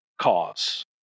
cause